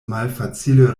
malfacile